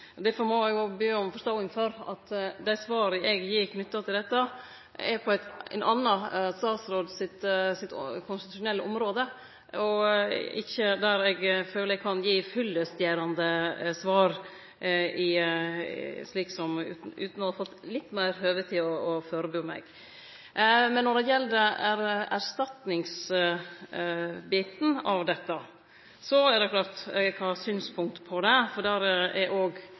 må eg òg be om forståing for, då dei svara eg gir knytte til dette, er på ein annan statsråds konstitusjonelle område, at eg ikkje føler at eg kan gi fyllestgjerande svar utan å ha fått litt meir høve til å førebu meg. Når det gjeld erstatningsbiten av dette, er det klart eg har synspunkt på det, for der er òg mitt eige departement inne i biletet. I tillegg ligg naturskadeoppgjer under Landbruks- og